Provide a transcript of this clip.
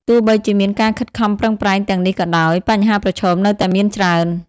ទោះបីជាមានការខិតខំប្រឹងប្រែងទាំងនេះក៏ដោយ បញ្ហាប្រឈមនៅតែមានច្រើន។